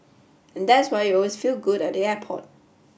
and that's why you always feel good at the airport